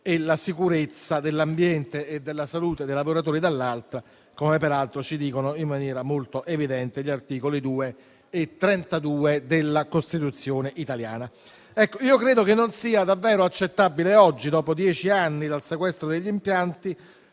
e la sicurezza dell'ambiente e della salute dei lavoratori, dall'altra, come peraltro ci dicono in maniera molto evidente gli articoli 2 e 32 della Costituzione italiana. Credo che non sia davvero accettabile oggi, dopo dieci anni dal sequestro degli impianti,